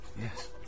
Yes